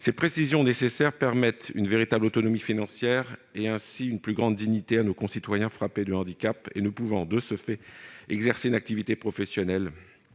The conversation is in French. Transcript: Ces précisions nécessaires permettent une véritable autonomie financière, et de donner ainsi une plus grande dignité à nos concitoyens frappés de handicap, ne pouvant, de ce fait, exercer une activité professionnelle.